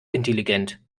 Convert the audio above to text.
intelligent